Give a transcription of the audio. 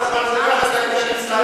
אני מצטרף